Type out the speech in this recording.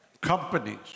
companies